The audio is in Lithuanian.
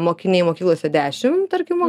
mokiniai mokyklose dešimt tarkim